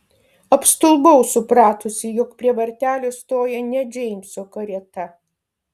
apstulbau supratusi jog prie vartelių stoja ne džeimso karieta